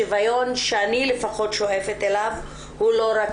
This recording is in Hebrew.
השוויון שאני לפחות שואפת אליו הוא לא רק